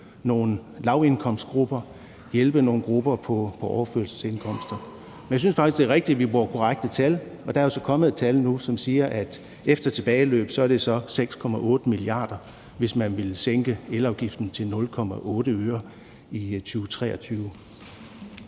nogle lavindkomstgrupper og hjælpe nogle grupper på overførselsindkomster. Men jeg synes faktisk, at det er rigtigt, at vi bruger korrekte tal, og der er så kommet et tal nu, som siger, at efter tilbageløb er det 6,8 mia. kr., hvis man vil sænke elafgiften til 0,8 øre i 2023.